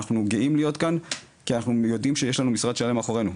אנחנו גאים להיות כאן כי אנחנו יודעים שיש משרד שלם מאחורינו.